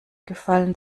gefallen